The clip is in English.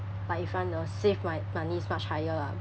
but if wanna save my money is much higher lah